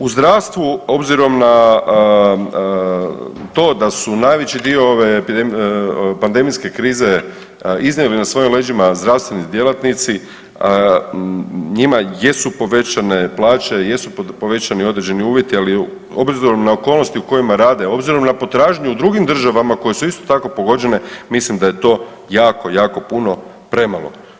U zdravstvu obzirom na to da su najveći dio ove pandemijske krize iznijeli na svojim leđima zdravstveni djelatnici, njima jesu povećane plaće, jesu povećani određeni uvjeti ali obzirom na okolnosti u kojima rade, obzirom na potražnju u drugim državama koje su isto tako pogođene mislim da je to jako, jako puno premalo.